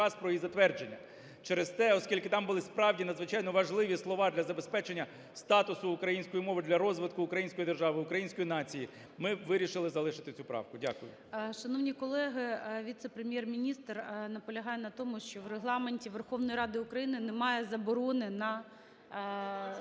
про її затвердження. Через те, оскільки там були справді надзвичайно важливі слова для забезпечення статусу української мови для розвитку української держави, української нації, ми вирішили залишити цю правку. Дякую. ГОЛОВУЮЧИЙ. Шановні колеги, віце-прем'єр-міністр наполягає на тому, що в Регламенті Верховної Ради України немає заборони на...